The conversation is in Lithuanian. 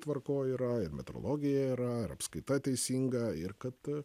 tvarkoj yra ir metrologija yra ir apskaita teisinga ir kad